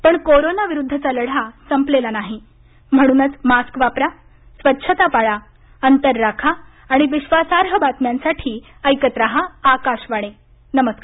पण कोरोना विरुद्धचा लढा संपलेला नाही म्हणूनच मास्क वापरा स्वच्छता पाळा अंतर राखा आणि विश्वासार्ह बातम्यांसाठी ऐकत राहा आकाशवाणी नमस्कार